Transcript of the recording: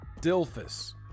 Dilphus